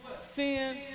Sin